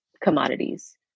commodities